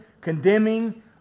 condemning